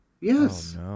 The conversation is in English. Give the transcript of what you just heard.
Yes